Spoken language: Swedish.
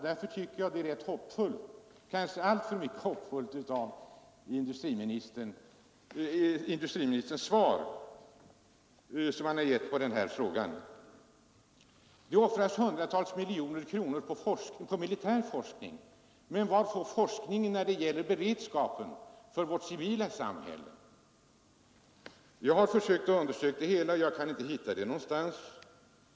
Därför verkar industriministerns svar på frågan kanske alltför hoppfullt. Det offras hundratals miljoner kronor på militär forskning, men vad får forskningen när det gäller beredskapen för vårt civila samhälle? Jag har sökt men kan inte hitta det någonstans.